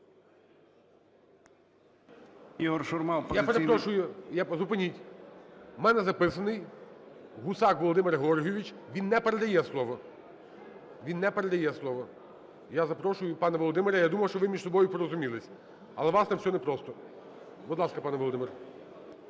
Я перепрошую, зупиніть. У мене записаний Гусак Володимир Георгійович, він не передає слово. Він не передає слово. Я запрошую, пане Володимире. Я думав, що між собою порозумілись, але у вас там все непросто. Будь ласка, пане Володимир.